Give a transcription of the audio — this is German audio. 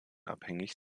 abhängig